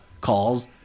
calls